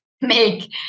make